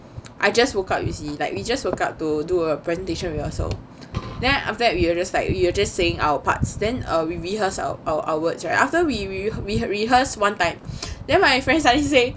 I just woke up you see like we just woke up to do a presentation rehearsal then after that we are just like we're just saying our parts then err we rehearse our our our words right after we we we rehearsed one time then my friend suddenly say